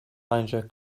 manager